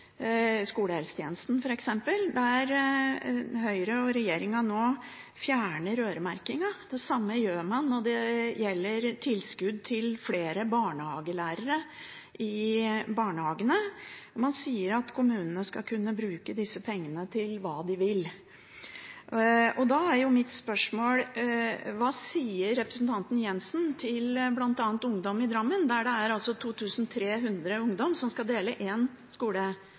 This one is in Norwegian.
skolehelsetjenesten, f.eks., der Høyre og regjeringen nå fjerner øremerkingen. Det samme gjør man når det gjelder tilskudd til flere barnehagelærere i barnehagene. Man sier at kommunene skal kunne bruke disse pengene til hva de vil. Da er mitt spørsmål: Hva sier representanten Jenssen til bl.a. ungdom i Drammen, der det er 2 300 ungdommer som skal dele